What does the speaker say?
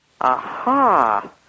Aha